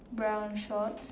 brown shorts